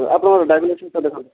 ଏ ଆପଣଙ୍କର ଡ୍ରାଇଭିଂ ଲାଇସେନ୍ସଟା ଦେଖାନ୍ତୁ